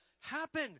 happen